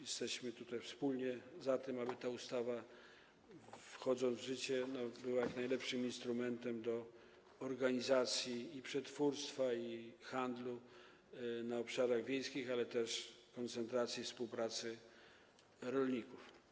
Jesteśmy tutaj wspólnie za tym, aby ta ustawa, kiedy wejdzie w życie, była jak najlepszym instrumentem do organizacji przetwórstwa i handlu na obszarach wiejskich, ale też koncentracji i współpracy rolników.